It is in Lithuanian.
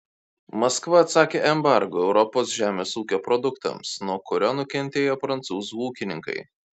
maskva atsakė embargu europos žemės ūkio produktams nuo kurio nukentėjo prancūzų ūkininkai